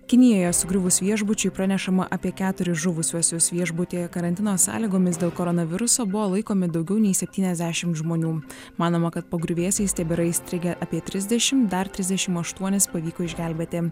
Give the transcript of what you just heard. kinijoje sugriuvus viešbučiui pranešama apie keturis žuvusiuosius viešbutyje karantino sąlygomis dėl koronaviruso buvo laikomi daugiau nei septyniasdešimt žmonių manoma kad po griuvėsiais tebėra įstrigę apie treisdešimt dar trisdešimt aštuonis pavyko išgelbėti